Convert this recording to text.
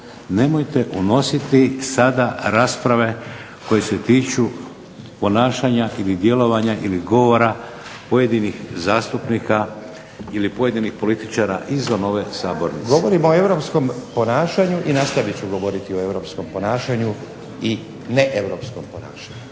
Nemojte unositi sada rasprave koje se tiču ponašanja ili djelovanja ili govora pojedinih zastupnika ili pojedinih političara izvan ove sabornice. **Stazić, Nenad (SDP)** Govorim o europskom ponašanju i nastavit ću govoriti o europskom ponašanju i neeuropskom ponašanju.